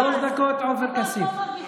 שלוש דקות, עופר כסיף.